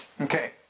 Okay